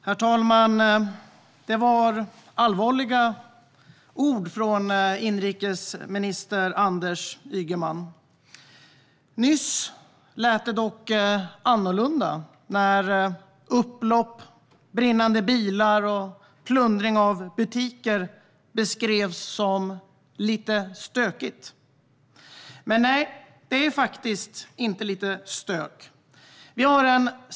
Herr talman! Det var allvarliga ord från inrikesminister Anders Ygeman. Nyss lät det dock annorlunda när upplopp, brinnande bilar och plundring av butiker beskrevs som "lite stökigt". Men nej, det handlar faktiskt inte om lite stök.